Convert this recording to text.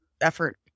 effort